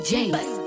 James